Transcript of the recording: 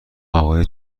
اقای